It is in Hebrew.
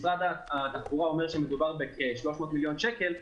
משרד התחבורה אומר שמדובר בכ-300 מיליון שקל,